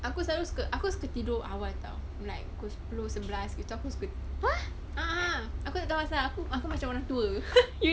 aku selalu suka aku suka tidur awal [tau] I'm like pukul sepuluh sebelas you thought aku suka a'ah aku tak tahu aku macam orang tua